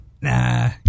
nah